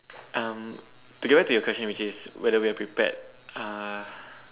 um to get back to your question which is whether we are prepared uh